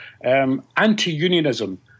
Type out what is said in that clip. anti-unionism